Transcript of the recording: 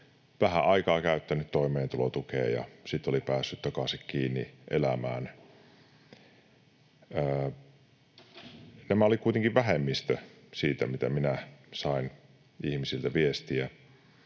vähän aikaa käyttänyt toimeentulotukea ja sitten oli päässyt takaisin kiinni elämään. Nämä olivat kuitenkin vähemmistö siitä, mitä minä sain ihmisiltä viestiä.